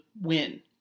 win